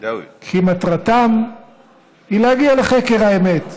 כי מטרתם היא להגיע לחקר האמת.